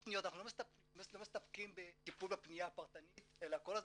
אנחנו לא מסתפקים בטיפול בפניה הפרטנית אלא כל הזמן